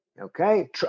Okay